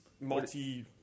multi